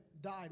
died